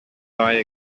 lie